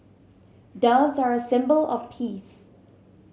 doves are a symbol of peace